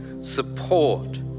support